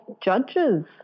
judges